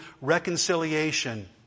reconciliation